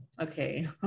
okay